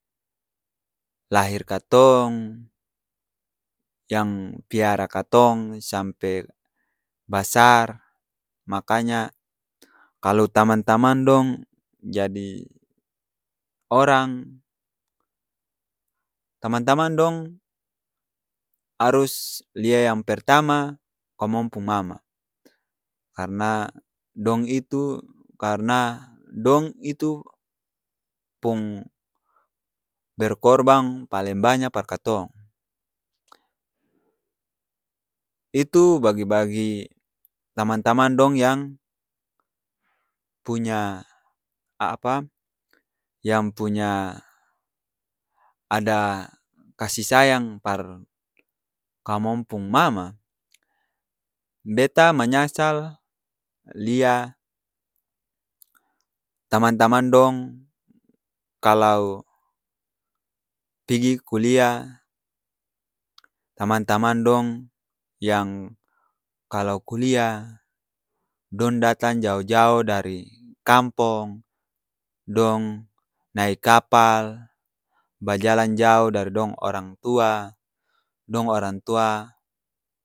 Lahir katong, yang piara katong sampe basar, maka nya kalo tamang-tamang dong jadi orang, tamang-tamang dong harus lia yang pertama, komong pung mama! Karna dong itu, karna dong itu, pung ber-korbang paleng banya par katong, itu bagi-bagi tamang-tamang dong yang puny apa? Yang punya ada kasih sayang par kamong pung maamaa! Beta manyasal lia tamang-tamang dong kalau pigi kuliah tamang-tamang dong yang kalo kuliah dong datang jao-jao dari kampong, dong nae kapal, bajalang jao dari dong orang tua, dong orang tua.